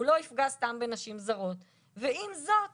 הוא לא יפגע סתם בנשים זרות ועם זאת